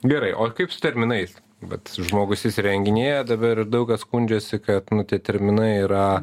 gerai o kaip su terminais bet žmogus įsirenginėja dabar daug kas skundžiasi kad nu tie terminai yra